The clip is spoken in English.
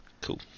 Cool